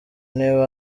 nib